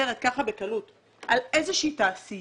מוותרת כך בקלות על איזושהי תעשייה,